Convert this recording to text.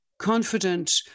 confident